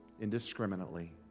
indiscriminately